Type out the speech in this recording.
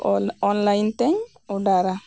online ᱛᱮᱧ ᱚᱰᱟᱨᱟ